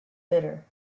bitter